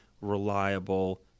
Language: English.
reliable